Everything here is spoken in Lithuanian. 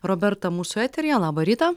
roberta mūsų eteryje labą rytą